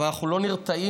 אבל אנחנו לא נרתעים.